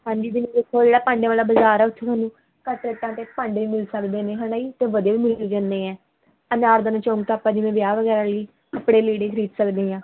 ਹਾਂਜੀ ਵੀ ਦੇਖੋ ਜਿਹੜਾ ਭਾਂਡੇ ਵਾਲਾ ਬਜ਼ਾਰ ਆ ਉੱਥੇ ਤੁਹਾਨੂੰ ਘੱਟ ਰੇਟਾਂ 'ਤੇ ਭਾਂਡੇ ਮਿਲ ਸਕਦੇ ਨੇ ਹੈ ਨਾ ਜੀ ਅਤੇ ਵਧੀਆ ਵੀ ਮਿਲ ਜਾਂਦੇ ਆ ਅਨਾਰ ਦਾਨਾ ਚੌਂਕ ਤਾਂ ਆਪਾਂ ਜਿਵੇਂ ਵਿਆਹ ਵਗੈਰਾ ਲਈ ਕੱਪੜੇ ਲੀੜੇ ਖਰੀਦ ਸਕਦੇ ਹਾਂ